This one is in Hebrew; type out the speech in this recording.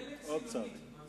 דלק סילוני.